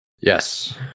Yes